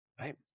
Right